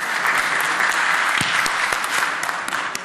(מחיאות כפיים)